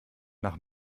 nach